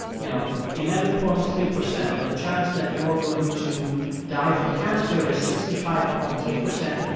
you know, eleven point three percent, or the chance that you're going to die from cancer is sixty five point three percent,